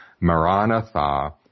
maranatha